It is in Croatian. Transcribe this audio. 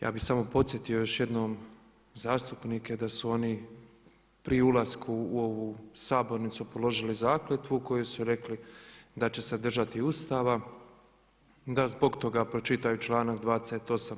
Ja bih samo podsjetio još jednom zastupnike da su oni pri ulasku u ovu sabornicu položili zakletvu u kojoj su rekli da će se držati Ustava, da zbog toga pročitaju članak 28.